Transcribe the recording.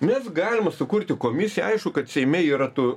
mes galima sukurti komisiją aišku kad seime yra tų